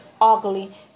ugly